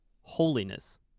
holiness